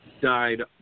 died